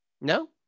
no